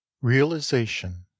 realization